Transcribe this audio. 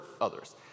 others